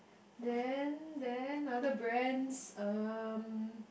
then then other brands um